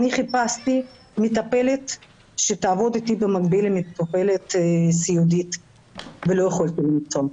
אני חיפשתי מטפלת שתעבוד אתי במקביל ולא יכולתי למצוא,